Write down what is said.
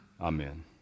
Amen